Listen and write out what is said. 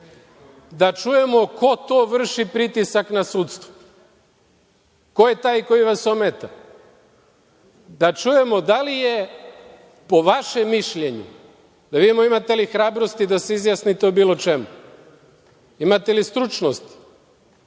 ko to vrši pritisak na sudstvo? Ko je taj koji vas ometa? Da čujemo da li je, po vašem mišljenju… Da vidimo imate li hrabrosti da se izjasnite o bilo čemu? Imate li stručnosti? Na